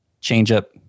change-up